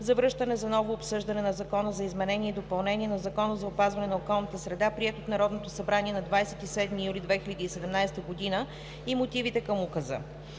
за връщане за ново обсъждане на Закона за изменение и допълнение на Закона за опазване на околната среда, приет от Народното събрание на 27 юли 2017 г. и мотивите към Указа.